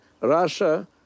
Russia